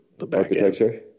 Architecture